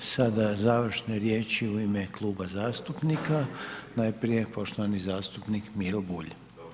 Imamo sada završne riječi u ime kluba zastupnika, najprije poštovani zastupnik Miro Bulj.